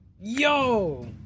yo